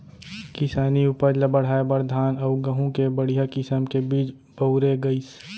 किसानी उपज ल बढ़ाए बर धान अउ गहूँ के बड़िहा किसम के बीज बउरे गइस